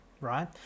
right